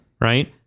right